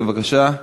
בבקשה.